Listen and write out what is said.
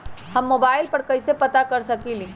हम मोबाइल पर कईसे पता कर सकींले?